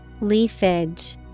Leafage